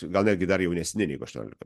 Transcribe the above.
gal netgi dar jaunesni negu aštuoniolika